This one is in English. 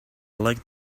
like